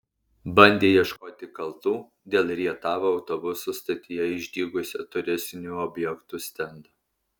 bandė ieškoti kaltų dėl rietavo autobusų stotyje išdygusio turistinių objektų stendo